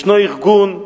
ישנו ארגון,